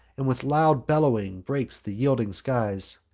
and with loud bellowings breaks the yielding skies.